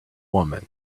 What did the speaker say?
woman